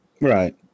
Right